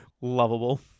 lovable